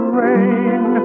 rain